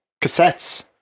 Cassettes